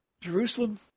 Jerusalem